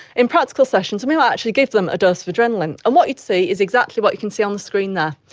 in practical sessions and we might actually give them a dose of adrenaline, and what you'd see is exactly what you can see on the screen there.